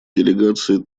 делегации